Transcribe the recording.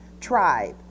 tribe